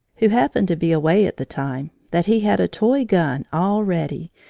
who happened to be away at the time, that he had a toy gun already,